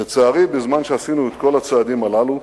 לצערי, בזמן שעשינו את כל הצעדים הללו,